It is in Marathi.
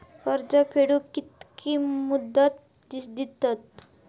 कर्ज फेडूक कित्की मुदत दितात?